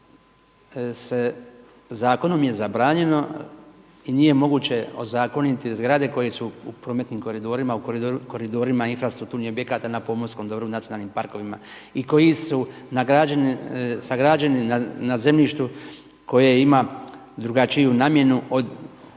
se zakonom je zabranjeno i nije moguće ozakoniti zgrade koje su u prometnim koridorima, u koridorima infrastrukturnih objekata na pomorskom dobru, u nacionalnim parkovima i koji su sagrađeni na zemljištu koje ima drugačiju namjenu od